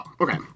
Okay